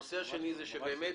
הנושא השני הוא שבאמת